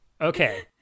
Okay